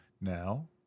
now